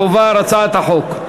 תועבר הצעת החוק.